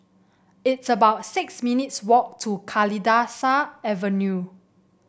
it's about six minutes' walk to Kalidasa Avenue